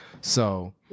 So-